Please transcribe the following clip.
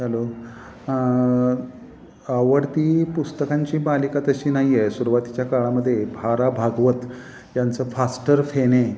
hello आवडती पुस्तकांची मालिका तशी नाही आहे सुरुवातीच्या काळामध्ये भारा भागवत यांचं फास्टर फेणे